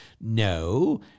No